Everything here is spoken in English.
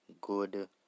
good